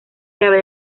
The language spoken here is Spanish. cabe